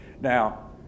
Now